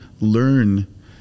learn